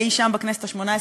אי-שם בכנסת השמונה-עשרה,